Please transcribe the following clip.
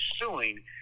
suing